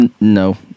No